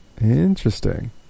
Interesting